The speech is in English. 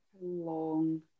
Long